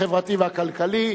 החברתי והכלכלי.